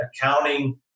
accounting